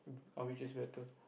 oh which is better